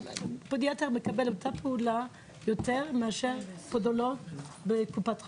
פודיאטור מקבל יותר על אותה פעולה מפודולוג בקופת חולים,